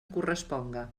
corresponga